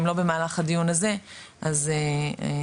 אם לא במהלך הדיון הזה אז בהמשך.